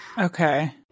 Okay